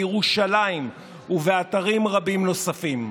בירושלים ובאתרים רבים נוספים.